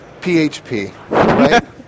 PHP